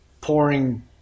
pouring